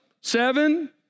Seven